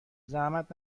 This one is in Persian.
زحمت